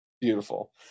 beautiful